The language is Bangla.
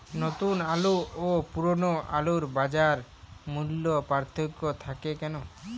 নতুন আলু ও পুরনো আলুর বাজার মূল্যে পার্থক্য থাকে কেন?